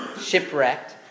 shipwrecked